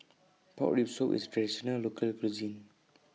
Pork Rib Soup IS Traditional Local Cuisine